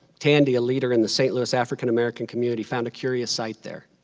tandy, a leader in the st. louis african american community, found a curious site there.